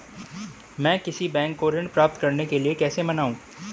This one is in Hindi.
मैं किसी बैंक को ऋण प्राप्त करने के लिए कैसे मनाऊं?